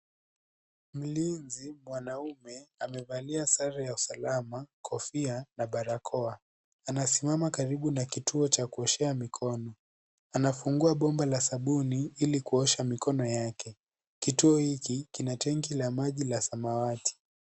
Mlinzi mwanaume amevalia sare ya usalama kofia na barakoa anasimama karibu na kituo cha kuoshea mikono anafungua bomba ya sabuni ili kuosha mikono yake kituo hiki kina tenki la maji la samawati.